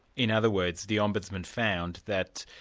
in other words, the ombudsman found that